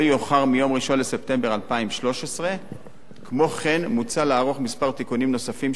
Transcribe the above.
יאוחר מיום 1 בספטמבר 2013. כמו כן מוצע לערוך כמה תיקונים נוספים,